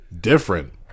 different